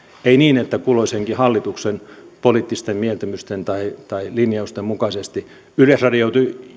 ei niin että kulloisenkin hallituksen poliittisten mieltymysten tai tai linjausten mukaisesti yleisradio